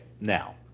now